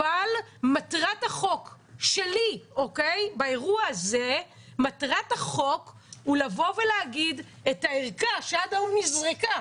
אבל מטרת החוק שלי באירוע הזה הוא להגיד: הערכה שעד היום נזרקה,